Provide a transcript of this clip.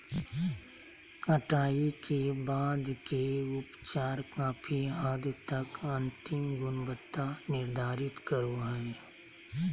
कटाई के बाद के उपचार काफी हद तक अंतिम गुणवत्ता निर्धारित करो हइ